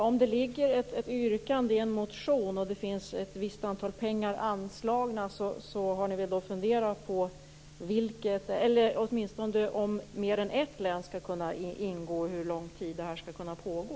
Fru talman! Om det finns ett yrkande i en motion och ett visst antal kronor är anslagna har ni väl funderat åtminstone på om mer än ett län skall ingå och på hur lång tid det här skall kunna pågå.